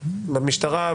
במשטרה,